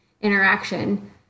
interaction